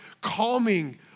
calming